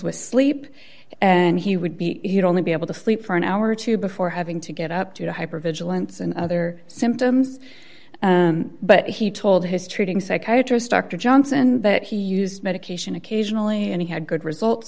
with sleep and he would be only be able to sleep for an hour or two before having to get up to the hyper vigilance and other symptoms but he told his treating psychiatrist dr johnson but he used medication occasionally and he had good results